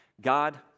God